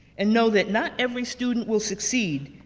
and know that not every student will succeed,